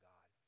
God